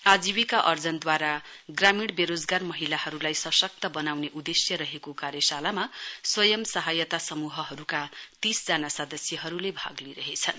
आजीविका अर्जनद्वारा ग्रामीण बेरोजगार महिलाहरूलाई सशक्त बनाउने उद्देश्य रहेको कार्यशालामा स्वंय सहायता समूहहरूका तीसजना सदस्यहरूले भाग लिइरहेछन्